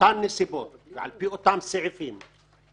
באותן נסיבות ועל פי אותם סעיפים,